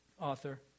author